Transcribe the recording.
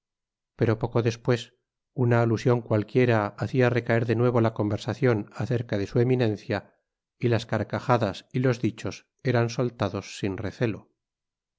pero poco despues una alusion cualquiera hacia recaer de nuevo la conversacion acerca de su eminencia y las carcajadas y los dichos eran soltados sin recelo